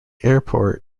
airport